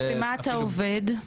במה אתה עובד?